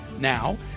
Now